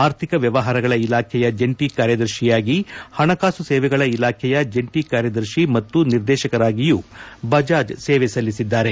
ಆರ್ಥಿಕ ವ್ಲವಹಾರಗಳ ಇಲಾಖೆಯ ಜಂಟಿ ಕಾರ್ಯದರ್ಶಿಯಾಗಿ ಹಣಕಾಸು ಸೇವೆಗಳ ಇಲಾಖೆಯ ಜಂಟಿ ಕಾರ್ಯದರ್ಶಿ ಮತ್ತು ನಿದೇಶಕರಾಗಿಯೂ ಬಜಾಜ್ ಅವರು ಸೇವೆ ಸಲ್ಲಿಸಿದ್ದಾರೆ